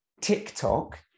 TikTok